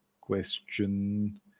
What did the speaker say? question